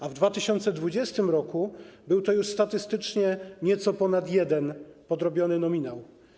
A w 2020 r. był to już statystycznie nieco ponad jeden podrobiony nominał.